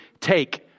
take